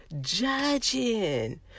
Judging